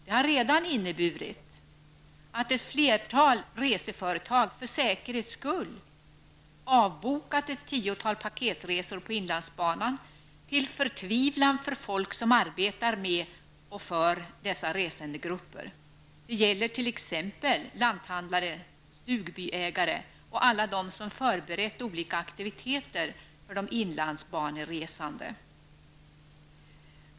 Det har redan inneburit att flera reseföretag för säkerhets skull avbokat ett tiotal paketresor på Inlandsbanan, till förtvivlan för folk som arbetar med och för dessa resandegrupper. Det gäller t.ex. lanthandlare, stugbyägare och alla dem som förberett olika aktiviteter för resande på Inlandsbanan.